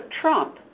Trump